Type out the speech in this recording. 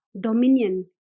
dominion